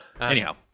Anyhow